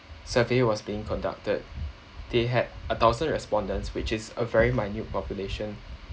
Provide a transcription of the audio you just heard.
survey was being conducted they had a thousand respondents which is a very minute population